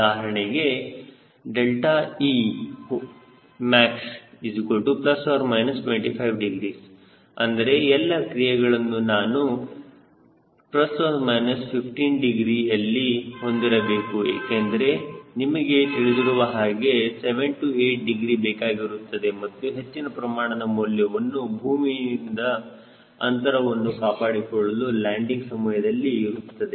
ಉದಾಹರಣೆಗೆ emax250 ಅಂದರೆ ಎಲ್ಲ ಕ್ರಿಯೆಗಳನ್ನು ನಾನು ±15 ಡಿಗ್ರಿ ಎಲ್ಲಿ ಹೊಂದಿರಬೇಕು ಏಕೆಂದರೆ ನಿಮಗೆ ತಿಳಿದಿರುವ ಹಾಗೆ 7 8 ಡಿಗ್ರಿ ಬೇಕಾಗಿರುತ್ತದೆ ಮತ್ತು ಹೆಚ್ಚಿನ ಪ್ರಮಾಣದ ಮೌಲ್ಯವನ್ನು ಭೂಮಿಯಿಂದ ಅಂತರವನ್ನು ಕಾಪಾಡಿಕೊಳ್ಳಲು ಲ್ಯಾಂಡಿಂಗ್ ಸಮಯದಲ್ಲಿ ಇರುತ್ತದೆ